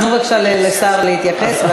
תנו בבקשה לשר להתייחס,